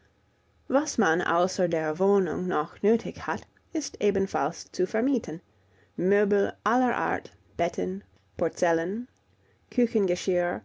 was man außer der wohnung noch nötig hat ist ebenfalls zu vermieten möbel aller art betten porzellan